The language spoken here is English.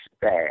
bad